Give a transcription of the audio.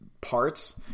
parts